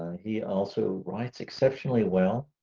he also writes exceptionally well,